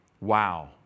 Wow